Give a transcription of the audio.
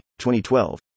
2012